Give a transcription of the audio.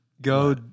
go